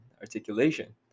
articulation